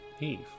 Eve